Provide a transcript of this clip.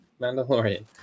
Mandalorian